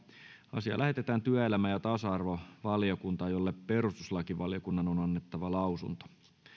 asia lähetetään työelämä ja tasa arvovaliokuntaan jolle perustuslakivaliokunnan on annettava lausunto